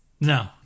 No